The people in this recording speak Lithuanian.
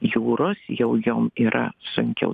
jūros jau jom yra sunkiau